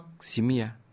simia